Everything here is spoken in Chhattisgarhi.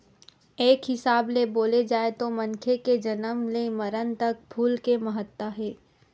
एक हिसाब ले बोले जाए तो मनखे के जनम ले मरन तक फूल के महत्ता हे